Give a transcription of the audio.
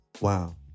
Wow